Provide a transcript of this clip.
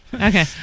Okay